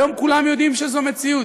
היום כולם יודעים שזו מציאות.